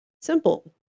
simple